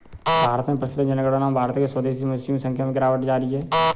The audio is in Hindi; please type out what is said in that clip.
भारत में पशुधन जनगणना में भारत के स्वदेशी मवेशियों की संख्या में गिरावट जारी है